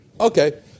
Okay